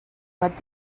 what